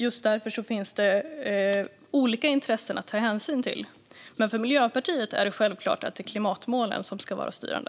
Just därför finns det olika intressen att ta hänsyn till. Men för Miljöpartiet är det självklart att det är klimatmålen som ska vara styrande.